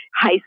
high